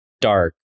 dark